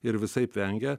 ir visaip vengia